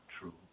true